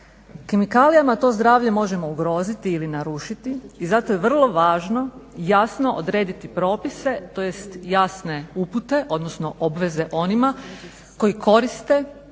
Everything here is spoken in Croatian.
Kemikalijama to zdravlje možemo ugroziti ili narušiti i zato je vrlo važno jasno odrediti propise, tj. jasne upute odnosno obveze onima koji koriste